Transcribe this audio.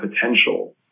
potential